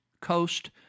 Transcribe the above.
Coast